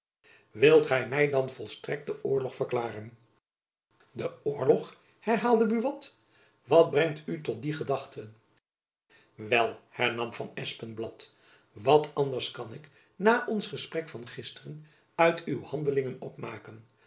wilt gy my dan volstrekt den oorlog verklaren den oorlog herhaalde buat wat brengt u tot die gedachten jacob van lennep elizabeth musch wel hernam van espenblad wat anders kan ik na ons gesprek van gisteren uit uw handelingen opmaken